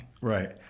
Right